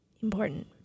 important